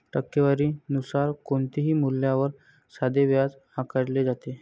टक्केवारी नुसार कोणत्याही मूल्यावर साधे व्याज आकारले जाते